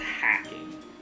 Hacking